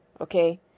okay